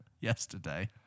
Yesterday